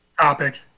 topic